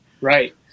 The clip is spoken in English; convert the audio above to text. right